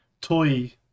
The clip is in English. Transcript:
toy